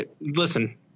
Listen